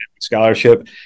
scholarship